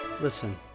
Listen